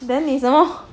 then 你什么